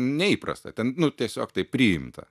neįprasta ten nu tiesiog taip priimta